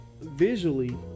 visually